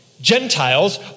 Gentiles